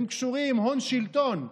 הם קשורים, הון-שלטון.